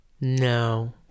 No